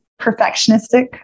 perfectionistic